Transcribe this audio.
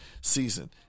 season